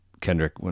Kendrick